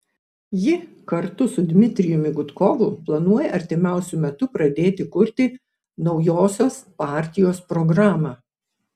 ji kartu su dmitrijumi gudkovu planuoja artimiausiu metu pradėti kurti naujosios partijos programą